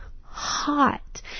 hot